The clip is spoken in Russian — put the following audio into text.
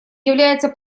является